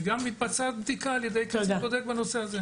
וגם מתבצעת בדיקה בנושא הזה.